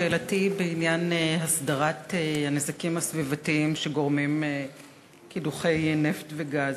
שאלתי היא בעניין הסדרת הנזקים הסביבתיים שגורמים קידוחי נפט וגז.